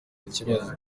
ikibazo